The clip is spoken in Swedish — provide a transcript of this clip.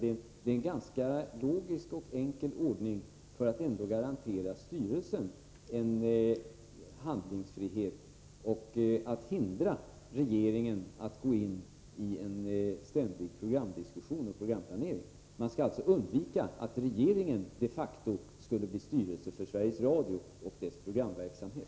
Det är en ganska logisk och enkel ordning för att garantera styrelsen handlingsfrihet och hindra regeringen att gå in i ständig programdiskussion och programplanering. Det skall alltså undvikas att regeringen de facto skulle bli styrelse för Sveriges Radio och dess programverksamhet.